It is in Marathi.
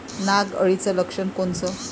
नाग अळीचं लक्षण कोनचं?